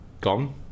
gone